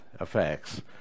effects